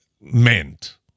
meant